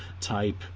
type